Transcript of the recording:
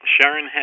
Sharon